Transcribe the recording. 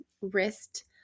wrist